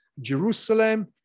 Jerusalem